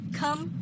come